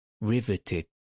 riveted